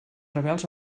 rebels